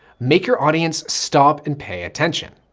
make your audience stop and pay attention.